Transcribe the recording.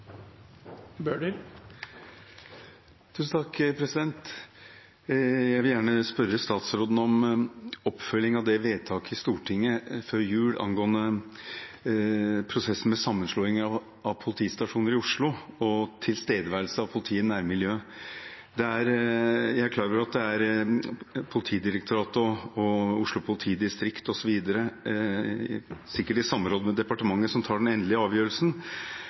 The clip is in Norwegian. Jeg vil gjerne spørre statsråden om oppfølging av vedtaket i Stortinget før jul angående prosessen med sammenslåing av politistasjoner i Oslo og tilstedeværelse av politi i nærmiljøet. Jeg er klar over at det er Politidirektoratet og Oslo politidistrikt osv. – sikkert i samråd med departementet – som tar den endelige avgjørelsen,